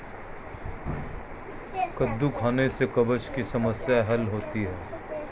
कद्दू खाने से कब्ज़ की समस्याए हल होती है